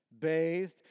bathed